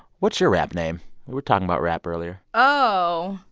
what's your rap name? we were talking about rap earlier oh,